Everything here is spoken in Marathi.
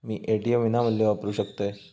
मी ए.टी.एम विनामूल्य वापरू शकतय?